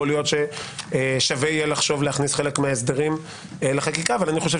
יכול להיות ששווה יהיה לחשוב להכניס חלק מההסדרים לחקיקה אבל אני חושב